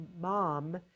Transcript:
mom